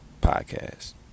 Podcast